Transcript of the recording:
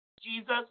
Jesus